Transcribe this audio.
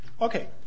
Okay